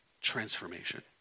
transformation